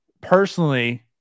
personally